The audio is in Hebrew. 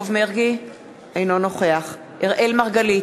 אינו נוכח אראל מרגלית,